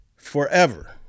forever